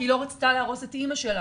כי היא לא רצתה להרוס את אמא שלה